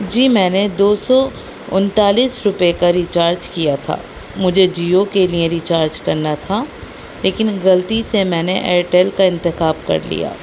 جی میں نے دو سو انتالیس روپے کا ریچارج کیا تھا مجھے جیو کے لیے ریچارج کرنا تھا لیکن غلطی سے میں نے ایئرٹیل کا انتخاب کر لیا